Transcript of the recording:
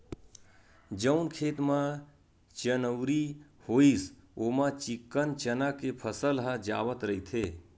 जउन खेत म चनउरी होइस ओमा चिक्कन चना के फसल ह जावत रहिथे